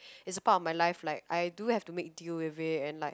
it's a part of my life like I do have to make deal with it and like